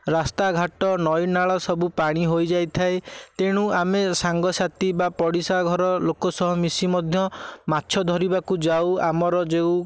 ରାସ୍ତାଘାଟ ନଈନାଳ ସବୁ ପାଣି ହୋଇଯାଇ ଥାଏ ତେଣୁ ଆମେ ସାଙ୍ଗସାଥୀ ବା ପଡ଼ିଶା ଘର ଲୋକ ସହ ମିଶି ମଧ୍ୟ ମାଛ ଧରିବାକୁ ଯାଉ ଆମର ଯେଉଁ